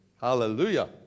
Hallelujah